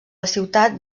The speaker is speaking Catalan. ciutat